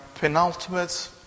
penultimate